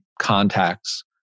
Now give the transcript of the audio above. contacts